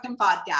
podcast